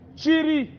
chiri